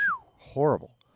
horrible